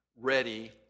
ready